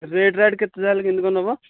rate ରାଟ୍ କେତେ ତା'ହେଲେ କେମିତି କ'ଣ ନେବ